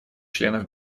членов